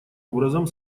образом